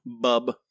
bub